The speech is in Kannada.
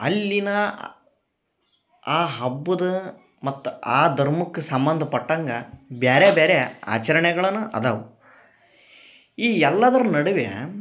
ಅಲ್ಲಿನ ಆ ಹಬ್ಬದ ಮತ್ತೆ ಆ ಧರ್ಮಕ್ ಸಂಬಂಧ್ಪಟ್ಟಂಗ ಬ್ಯಾರೆ ಬ್ಯಾರೆ ಆಚರಣೆಗಳನು ಅದಾವ ಈ ಎಲ್ಲಾದ್ರ ನಡುವೆ